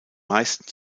meisten